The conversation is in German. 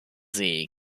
see